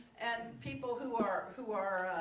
and people who are who are